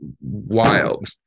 wild